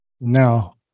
Now